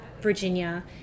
virginia